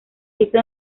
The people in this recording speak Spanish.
hizo